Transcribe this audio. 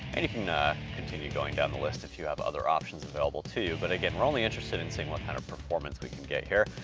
and you can continue going down the list if you have other options available to you. but again, we're only interested in seeing what kind of performance we can get here.